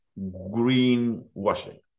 greenwashing